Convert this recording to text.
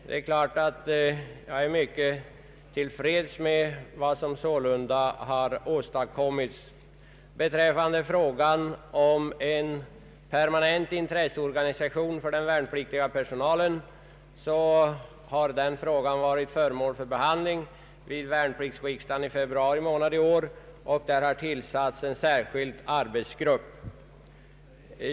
Jag är således mycket till freds med vad som har åstadkommits. Frågan om en permanent intresseorganisation för den värnpliktiga personalen har varit föremål för behandling vid värnpliktsriksdagen i februari i år, och en särskild arbetsgrupp har tillsatts.